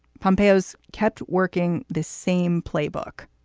pompeo has kept working the same playbook,